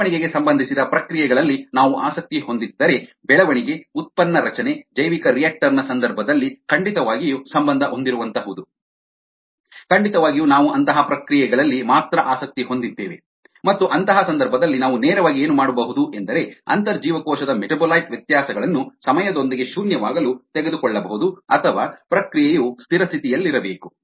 ಬೆಳವಣಿಗೆಗೆ ಸಂಬಂಧಿಸಿದ ಪ್ರಕ್ರಿಯೆಗಳಲ್ಲಿ ನಾವು ಆಸಕ್ತಿ ಹೊಂದಿದ್ದರೆ ಬೆಳವಣಿಗೆ ಉತ್ಪನ್ನ ರಚನೆ ಜೈವಿಕರಿಯಾಕ್ಟರ್ ನ ಸಂದರ್ಭದಲ್ಲಿ ಖಂಡಿತವಾಗಿಯೂ ಸಂಬಂಧ ಹೊಂದಿರುವಂಥಹುದು ಖಂಡಿತವಾಗಿಯೂ ನಾವು ಅಂತಹ ಪ್ರಕ್ರಿಯೆಗಳಲ್ಲಿ ಮಾತ್ರ ಆಸಕ್ತಿ ಹೊಂದಿದ್ದೇವೆ ಮತ್ತು ಅಂತಹ ಸಂದರ್ಭದಲ್ಲಿ ನಾವು ನೇರವಾಗಿ ಏನು ಮಾಡಬಹುದು ಎಂದರೆ ಅಂತರ್ಜೀವಕೋಶದ ಮೆಟಾಬೊಲೈಟ್ ವ್ಯತ್ಯಾಸಗಳನ್ನು ಸಮಯದೊಂದಿಗೆ ಶೂನ್ಯವಾಗಲು ತೆಗೆದುಕೊಳ್ಳಬಹುದು ಅಥವಾ ಈ ಪ್ರಕ್ರಿಯೆಯು ಸ್ಥಿರ ಸ್ಥಿತಿಯಲ್ಲಿರಬೇಕು